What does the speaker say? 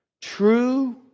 True